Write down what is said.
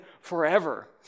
forever